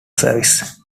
service